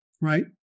right